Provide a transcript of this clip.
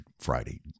friday